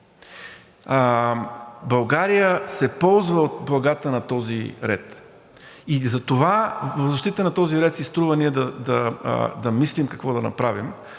България се ползва от благата на този ред и затова в защита на този ред си струва ние да мислим какво да направим,